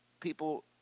people